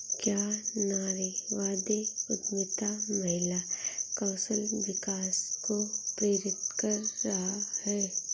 क्या नारीवादी उद्यमिता महिला कौशल विकास को प्रेरित कर रहा है?